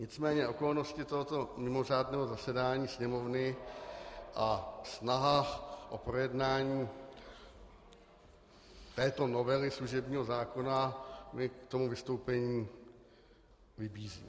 Nicméně okolnosti tohoto mimořádného zasedání Sněmovny a snaha o projednání této novely služebního zákona mě k tomu vystoupení vybízí.